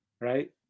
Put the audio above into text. right